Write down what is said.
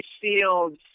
fields